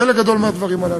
חלק גדול מהדברים הללו.